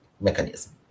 mechanism